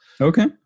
Okay